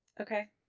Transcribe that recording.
Okay